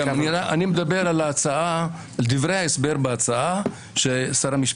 אני מדבר על דברי ההסבר בהצעה של שר המשפטים.